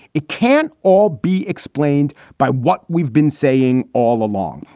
it can't all be explained by what we've been saying all along.